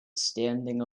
standing